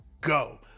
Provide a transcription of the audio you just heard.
go